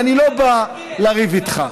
אני לא בא לריב איתך.